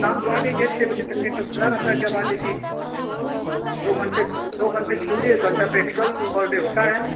शाम को आ जाइये छः बजे तक सेंटर खुला रहता है जब आ जाइये दो घंटे दो घंटे थ्योरी एक घंटा प्रैक्टिकल पर डे होता है